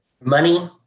Money